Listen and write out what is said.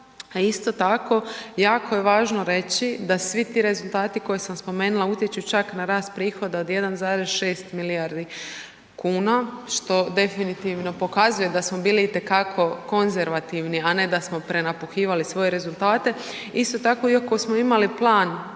isto tako jako je važno reći da svi ti rezultati koje sam spomenula utječu čak na rast prihoda od 1,6 milijardi kuna što definitivno pokazuje da smo bili itekako konzervativni a ne da smo prenapuhivali svoje rezultate. Isto tako iako smo imali plan